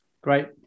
Great